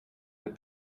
that